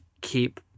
keep